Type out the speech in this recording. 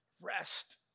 rest